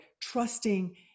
trusting